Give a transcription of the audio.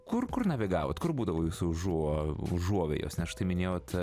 kur kur navigavot kur būdavo jūs užuo užuovėjos nes štai minėjot